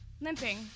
limping